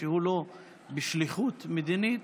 שהוא לא בשליחות מדינית,